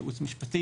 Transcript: ייעוץ משפטי,